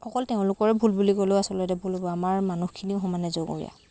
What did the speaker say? অকল তেওঁলোকৰে ভুল বুলি ক'লেও আচলতে ভুল হ'ব আমাৰ মানুহখিনিও সমানে জগৰীয়া